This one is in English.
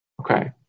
Okay